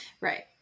Right